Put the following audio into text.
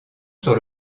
sur